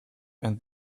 and